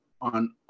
on